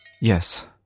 Yes